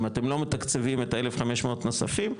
- אתם לא מתקצבים את ה-1,500 הנוספים,